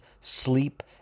sleep